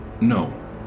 No